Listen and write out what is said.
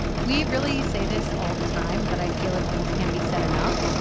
we really say this all the time. but i feel it almost can't be said enough.